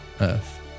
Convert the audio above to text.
Earth